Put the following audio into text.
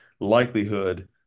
likelihood